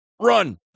run